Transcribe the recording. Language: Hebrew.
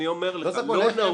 אני אומר לך, לא נהוג.